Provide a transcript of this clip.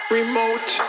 remote